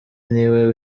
niwe